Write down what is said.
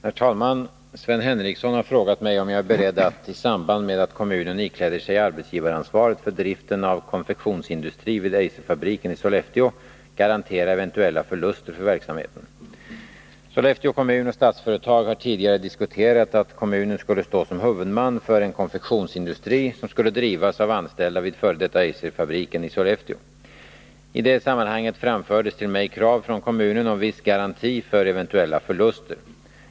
Herr talman! Sven Henricsson har frågat mig om jag är beredd att, i samband med att kommunen ikläder sig arbetsgivaransvaret för driften av en konfektionsindustri vid Eiserfabriken i Sollefteå, garantera eventuella förluster för verksamheten. Sollefteå kommun och Statsföretag har tidigare diskuterat att kommunen skulle stå som huvudman för en konfektionsindustri som skulle drivas av anställda vid f. d. Eiserfabriken i Sollefteå. I det sammanhanget framfördes till mig krav från kommunen om viss garanti för eventuella förluster.